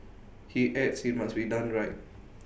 he adds IT must be done right